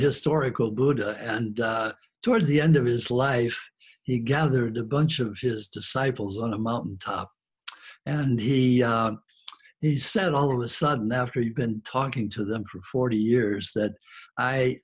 historical good and towards the end of his life he gathered a bunch of his disciples on a mountaintop and he he said all of a sudden after you've been talking to them for forty years that i